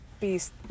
beast